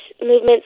movements